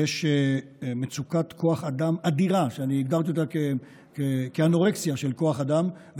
יש מצוקת כוח אדם אדירה שהגדרתי אותה כאנורקסיה של כוח אדם,